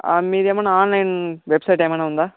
మీదేమన్న online website ఏమైన ఉందా